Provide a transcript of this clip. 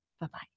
Bye-bye